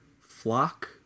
Flock